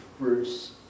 Verse